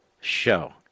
show